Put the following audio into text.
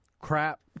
Crap